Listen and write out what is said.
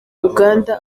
uganda